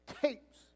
tapes